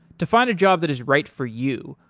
to find a job that is right for you,